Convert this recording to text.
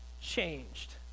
changed